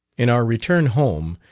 in our return home,